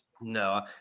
No